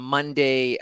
Monday